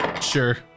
sure